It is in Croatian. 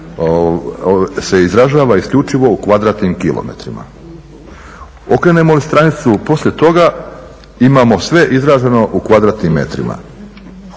se izražava isključivo u km2. Okrenemo li stranicu poslije toga imamo sve izraženo u m2, ponegdje i